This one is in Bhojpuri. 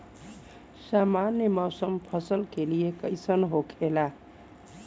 सामान्य मौसम फसल के लिए कईसन होखेला?